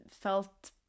felt